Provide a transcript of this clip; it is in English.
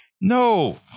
No